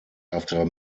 after